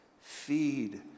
feed